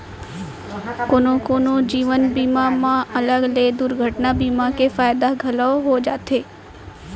कोनो कोनो जीवन बीमा म अलग ले दुरघटना बीमा के फायदा घलौ हो जाथे